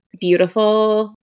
beautiful